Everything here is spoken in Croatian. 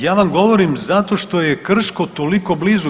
Ja vam govorim zato što je Krško toliko blizu.